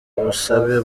ubusabe